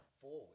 forward